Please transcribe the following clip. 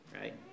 right